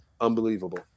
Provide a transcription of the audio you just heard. unbelievable